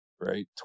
right